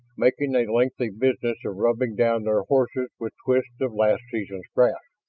making a lengthy business of rubbing down their horses with twists of last season's grass.